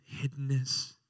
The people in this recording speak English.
hiddenness